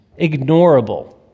ignorable